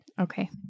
Okay